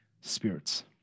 spirits